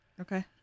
Okay